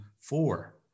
four